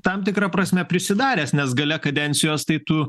tam tikra prasme prisidaręs nes gale kadencijos tai tu